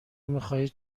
میخواهید